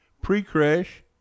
pre-crash